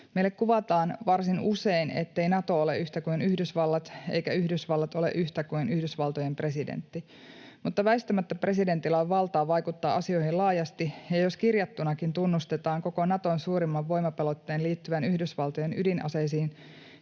Meille kuvataan varsin usein, ettei Nato ole yhtä kuin Yhdysvallat eikä Yhdysvallat ole yhtä kuin Yhdysvaltojen presidentti. Mutta väistämättä presidentillä on valtaa vaikuttaa asioihin laajasti, ja jos kirjattunakin tunnustetaan koko Naton suurimman voimapelotteen liittyvän Yhdysvaltojen ydinaseisiin,